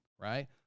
right